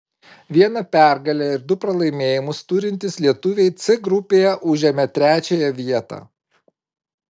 vieną pergalę ir du pralaimėjimus turintys lietuviai c grupėje užėmė trečiąją vietą